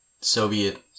Soviet